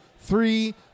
three